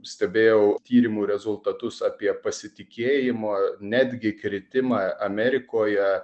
stebėjau tyrimų rezultatus apie pasitikėjimo netgi kritimą amerikoje